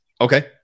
Okay